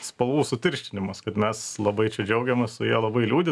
spalvų sutirštinimas kad mes labai čia džiaugiamės o jie labai liūdi